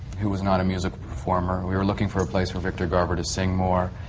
who was not a musical performer. we were looking for a place for victor garber to sing more.